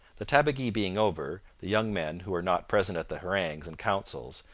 the tabagie being over, the young men, who are not present at the harangues and councils,